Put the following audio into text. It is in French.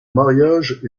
mariage